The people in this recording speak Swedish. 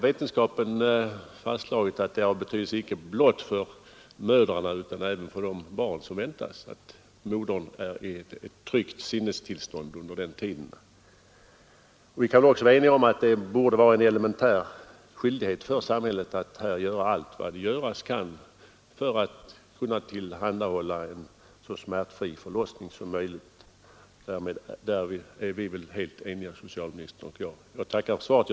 Vetenskapen har fastslagit att det har betydelse icke blott för mödrarna utan även för de barn som väntas att modern är i ett tryggt sinnestillstånd när hon väntar barnet. Vi kan väl också vara eniga om att det borde vara en elementär skyldighet för samhället att göra allt vad göras kan för att tillhandahålla en så smärtfri förlossning som möjligt. Därom torde socialministern och jag vara helt eniga. Jag tackar än en gång för svaret.